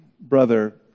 brother